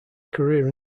career